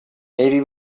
maybe